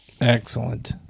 Excellent